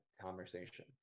conversation